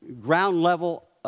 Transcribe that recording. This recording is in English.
ground-level